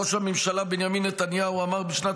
ראש הממשלה בנימין נתניהו אמר בשנת